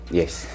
yes